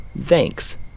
thanks